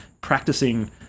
practicing